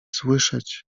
słyszeć